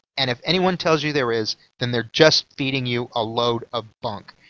and if anyone tells you there is, then they're just feeding you a load of bunk.